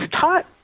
taught